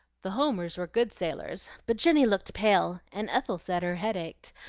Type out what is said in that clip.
the homers were good sailors, but jenny looked pale, and ethel said her head ached,